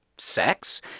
sex